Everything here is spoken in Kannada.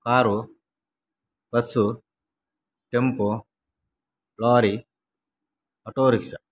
car bus tempo lorry auto rickshaw